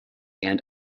and